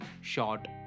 short